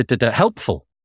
Helpful